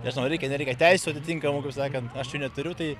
nežinau reikia nereikia teisių atitinkamų kaip sakant aš jų neturiu tai